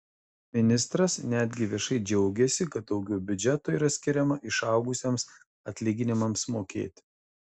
ministras netgi viešai džiaugėsi kad daugiau biudžeto yra skiriama išaugusiems atlyginimams mokėti